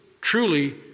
truly